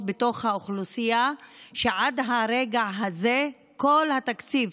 בתוך האוכלוסייה שעד הרגע הזה כל התקציב,